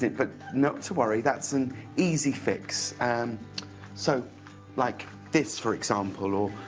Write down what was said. but not to worry, that's an easy fix. so like this, for example,